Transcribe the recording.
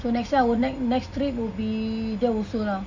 so next time our next next trip will be there also lah